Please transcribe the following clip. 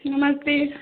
नमस्ते